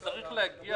זה צריך להגיע